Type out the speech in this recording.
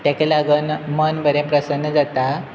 ते ताका लागून मन बरें प्रसन्न जाता